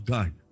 God